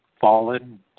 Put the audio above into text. fallen